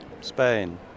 Spain